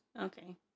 Okay